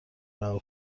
رها